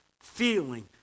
feeling